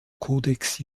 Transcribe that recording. codex